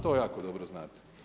To jako dobro znate.